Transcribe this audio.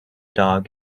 dog